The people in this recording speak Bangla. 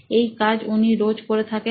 এই কাজ উনি রোজ করে থাকেন